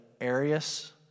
Arius